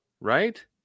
Right